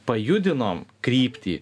pajudinom kryptį